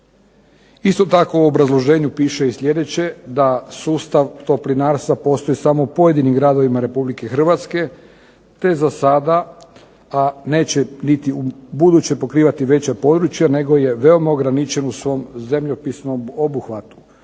Isto tako u obrazloženju piše i sljedeće, da sustav toplinarstva postoji samo u pojedinim gradovima Republike Hrvatske te za sada, a neće niti ubuduće pokrivati veće područje nego je veoma ograničen u svom zemljopisnom obuhvatu.